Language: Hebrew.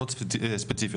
תסביר.